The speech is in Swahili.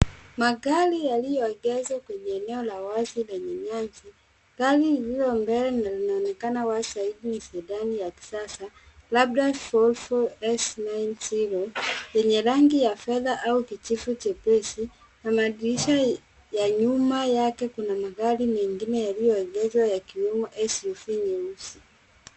Magari yaliyoegeshwa kwenye eneo la wazi lenye nyasi. Gari lililo mbele linaonekana wazi zaidi ni sedan ya kisasa labda Volvo S-9 Series yenye rangi ya fedha au kijivu jepesi na madirisha ya nyuma yake kuna mengine yaliyoegezwa yakiwemo SUV nyeusi.